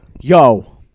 Yo